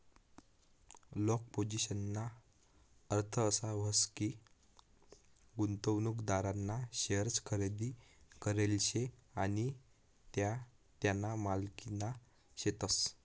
long पोझिशनना अर्थ असा व्हस की, गुंतवणूकदारना शेअर्स खरेदी करेल शे आणि त्या त्याना मालकीना शेतस